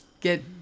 get